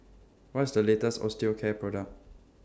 What IS The latest Osteocare Product